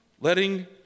letting